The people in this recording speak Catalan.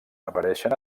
apareixen